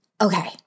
Okay